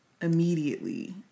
Immediately